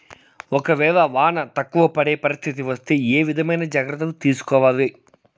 ఒక వేళ వాన తక్కువ పడే పరిస్థితి వస్తే ఏ విధమైన జాగ్రత్తలు తీసుకోవాలి?